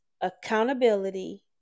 accountability